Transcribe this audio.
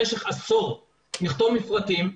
במשך עשור לכתוב מפרטים,